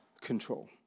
control